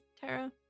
Tara